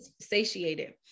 satiated